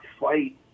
fight